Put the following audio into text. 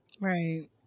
right